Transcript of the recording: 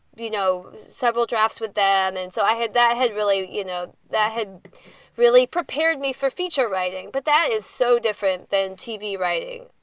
you know, several drafts with them. and so i had that had really, you know, that had really prepared me for feature writing. but that is so different than tv writing,